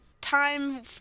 time